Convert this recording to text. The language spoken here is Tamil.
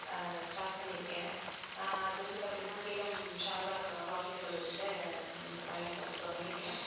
ஸ்டார்ட் பண்ணிருக்கேன் அது வந்து பார்த்திங்கனா சேலம் சாரதா க மகளிர் கல்லூரியில எங்கள் பயணத்தை வந்து தொடங்கிருக்கேன்